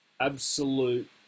absolute